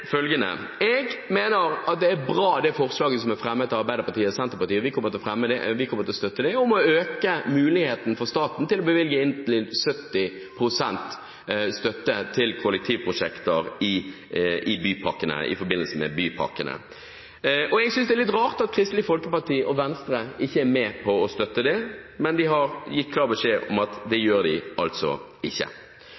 ene er følgende: Jeg mener det er bra, det forslaget som er fremmet av Arbeiderpartiet og Senterpartiet – og vi kommer til å støtte det – om å øke statens mulighet til å bevilge inntil 70 pst. støtte til kollektivprosjekter gjennom bypakkene. Jeg synes det er litt rart at Kristelig Folkeparti og Venstre ikke er med på å støtte det, men de har gitt klar beskjed om at det gjør de altså ikke.